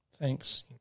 Thanks